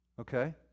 Okay